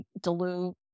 dilute